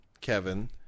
kevin